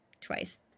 twice